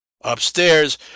upstairs